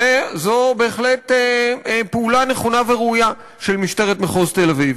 זו בהחלט פעולה נכונה וראויה של משטרת מחוז תל-אביב.